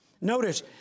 Notice